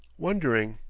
wondering.